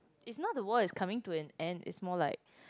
it's not the world is coming to an end it's more like